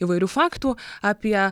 įvairių faktų apie